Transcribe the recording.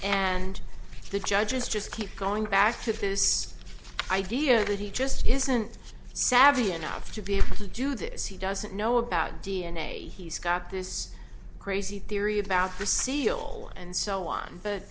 and the judges just keep going back to this idea that he just isn't savvy enough to be able to do this he doesn't know about d n a he's got this crazy theory about the seal and so on but